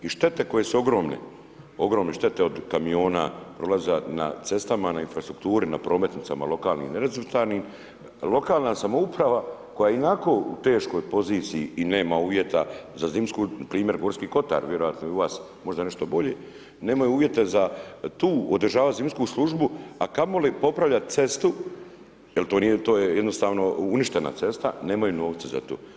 I štete koje su ogromne, ogromne štete od kamiona, prolaza na cestama, na infrastrukturi, na prometnicama lokalnim nerazvrstanim, lokalna samouprava koja je ionako u teškoj poziciji i nema uvjeta za zimsku, primjer Gorski Kotar, vjerojatno je i u vas možda nešto bolji, nemaju uvjete za tu, održavati zimsku službu a kamoli popravljati cestu jer to nije, to je jednostavno uništena cesta, nemaju novca za to.